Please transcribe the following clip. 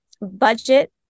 Budget